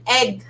egg